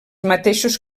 mateixos